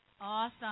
Awesome